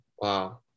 Wow